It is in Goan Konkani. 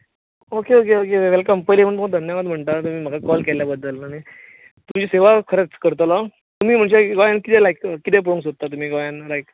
ओके ओके वॅल्कम पयलीं धन्यवाद म्हणटां तुमी म्हाका कॉल केल्ले बद्दल तुमी सेवा खरेंच करतलो तुमी म्हणचे गोंयांत कितें लायक गोंयांत कितें पोवूंक सोदतात तुमी लायक